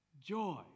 Joy